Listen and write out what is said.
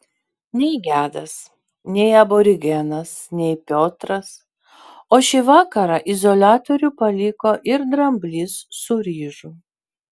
nei gedas nei aborigenas nei piotras o šį vakarą izoliatorių paliko ir dramblys su ryžu